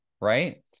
right